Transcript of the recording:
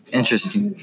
interesting